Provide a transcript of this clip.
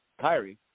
Kyrie